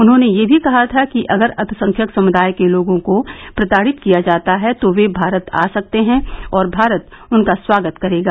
उन्होंने यह भी कहा था कि अगर अल्पसंख्यक समुदाय के लोगों को प्रताड़ित किया जाता है तो वे भारत आ सकते हैं और भारत उनका स्वागत करेगा